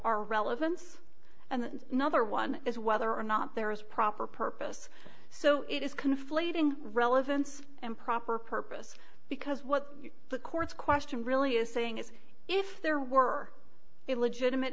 are relevance and another one is whether or not there is proper purpose so it is conflating relevance and proper purpose because what the court's question really is saying is if there were a legitimate